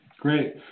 Great